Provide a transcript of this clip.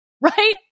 right